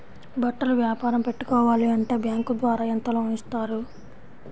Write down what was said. బట్టలు వ్యాపారం పెట్టుకోవాలి అంటే బ్యాంకు ద్వారా ఎంత లోన్ ఇస్తారు?